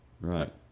Right